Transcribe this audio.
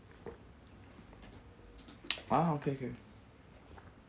ah okay okay